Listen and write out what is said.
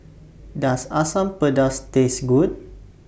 Does Asam Pedas Taste Good